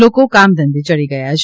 લોકો કામે ધંધે ચડી ગયા છે